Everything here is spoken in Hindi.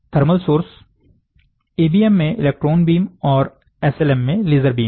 थर्मल सोर्स ईबीएम में इलेक्ट्रॉन बीम और एसएलएम में लेजर बीम है